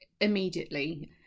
immediately